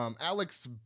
Alex